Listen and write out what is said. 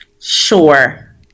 Sure